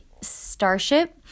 Starship